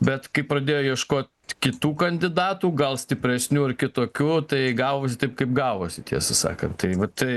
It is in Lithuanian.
bet kai pradėjo ieškot kitų kandidatų gal stipresnių ir kitokių tai gavosi taip kaip gavosi tiesą sakant tai va tai